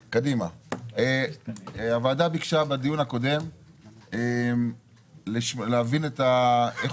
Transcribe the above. הוועדה ביקשה בדיון הקודם להבין איך